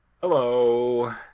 Hello